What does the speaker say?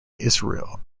israel